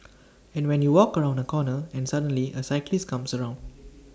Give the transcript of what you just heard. and when you walk around A corner and suddenly A cyclist comes around